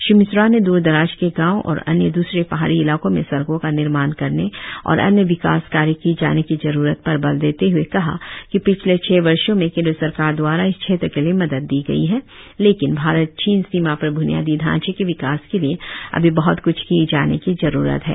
श्री मिश्रा ने द्र दराज के गावों और अन्य द्रसरे पहाड़ी इलाकों में सड़कों का निर्माण करने और अन्य विकास कार्य किए जाने की जरुरत पर बल देते हए कहा कि पिछले छह वर्षों में केंद्र सरकार दवारा इस क्षेत्र के लिए मदद दी गई है लेकिन भारत चीन सीमा पर ब्नियादी ढ़ांचे के विकास के लिए अभी बहत क्छ किए जाने की जरूरत है